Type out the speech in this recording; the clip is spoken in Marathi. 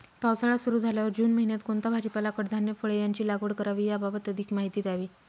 पावसाळा सुरु झाल्यावर जून महिन्यात कोणता भाजीपाला, कडधान्य, फळे यांची लागवड करावी याबाबत अधिक माहिती द्यावी?